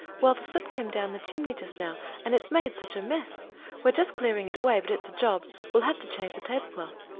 well, the soot came down the chimney just now and it's made such a mess we're just clearing it away but it's a job. we'll have to change the tablecloth.